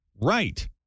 Right